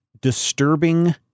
disturbing